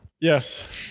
Yes